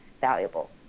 valuable